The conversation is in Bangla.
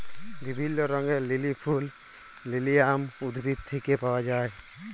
বিভিল্য রঙের লিলি ফুল লিলিয়াম উদ্ভিদ থেক্যে পাওয়া যায়